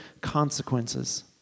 consequences